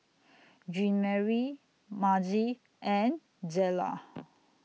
Jeanmarie Mazie and Zela